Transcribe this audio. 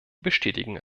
bestätigen